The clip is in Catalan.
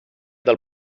del